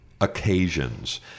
occasions